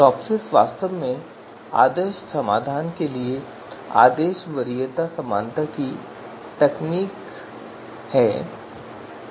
TOPSIS वास्तव में आदर्श समाधान के लिए आदेश वरीयता समानता की तकनीक के लिए खड़ा है